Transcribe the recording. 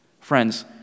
Friends